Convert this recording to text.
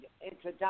introduction